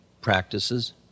practices